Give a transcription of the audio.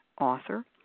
author